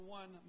one